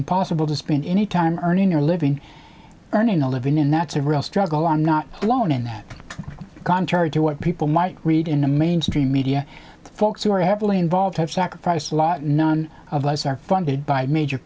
impossible to spend any time earning your living earning a living and that's a real struggle i'm not alone in that contrary to what people might read in the mainstream media folks who are heavily involved have sacrificed a lot none of us are funded by major